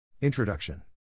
Introduction